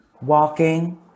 Walking